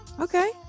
okay